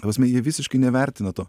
ta prasme jie visiškai nevertina to